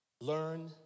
Learn